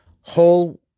Whole